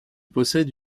possède